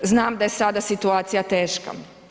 Znam da je sada situacija teška.